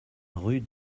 rue